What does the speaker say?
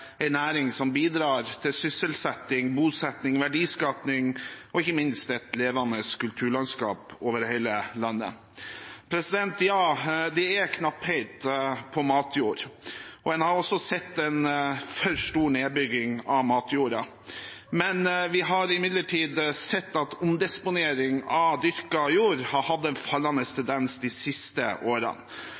levende kulturlandskap over hele landet. Ja, det er knapphet på matjord, og en har også sett en for stor nedbygging av matjorda. Vi har imidlertid sett at omdisponeringen av dyrket jord har hatt en fallende tendens de siste årene.